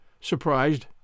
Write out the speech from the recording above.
Surprised